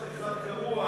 חבר הכנסת בנימין,